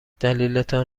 دلیلتان